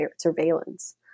surveillance